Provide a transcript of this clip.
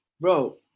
Bro